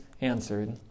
answered